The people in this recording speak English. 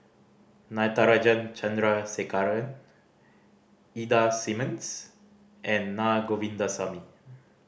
Natarajan Chandrasekaran Ida Simmons and Na Govindasamy